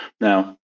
Now